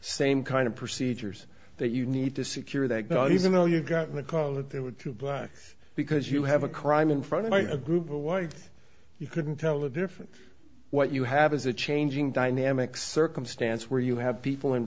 same kind of procedures that you need to secure that even though you've gotten a call that there were two blacks because you have a crime in front of a group or white you couldn't tell a difference what you have is a changing dynamic circumstance where you have people in